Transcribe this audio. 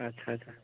ଆଚ୍ଛା ଆଚ୍ଛା